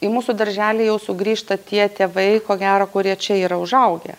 į mūsų darželį jau sugrįžta tie tėvai ko gero kurie čia yra užaugę